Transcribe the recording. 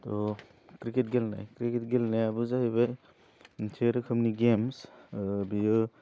थह क्रिकेट गेलेनाय क्रिकेट गेलेनायाबो जाहैबाय मोनसे रोखोमनि गेमस ओह बेयो